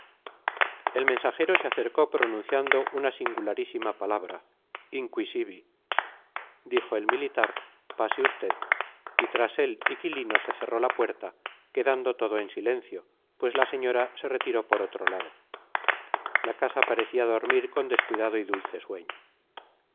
el mensajero se acercó pronunciando una singularísima palabra inquisivi dijo el militar pase usted y tras él y quilino se cerró la puerta quedando todo en silencio pues la señora se retiró por otro lado la casa parecía dormir con descuidado y dulce sueño